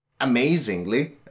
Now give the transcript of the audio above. amazingly